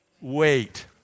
Wait